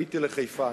עליתי לחיפה,